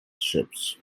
ships